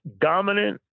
dominant